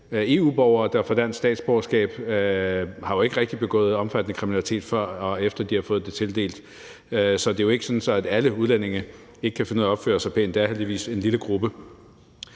EU-borgere, der får dansk statsborgerskab, har jo ikke rigtig begået omfattende kriminalitet, før eller efter de har fået det tildelt. Så det er jo ikke sådan, at alle udlændinge ikke kan finde ud af at opføre sig pænt. Der er heldigvis en lille gruppe,